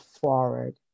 forward